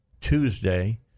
Tuesday